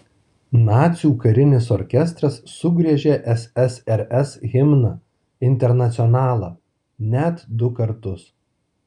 nacių karinis orkestras sugriežė ssrs himną internacionalą net du kartus